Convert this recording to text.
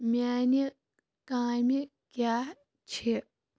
میٛانہِ کامہِ کیٛاہ چھِ